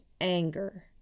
anger